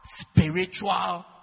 spiritual